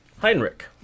Heinrich